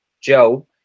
Joe